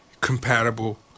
compatible